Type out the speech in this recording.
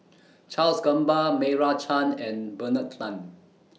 Charles Gamba Meira Chand and Bernard Lan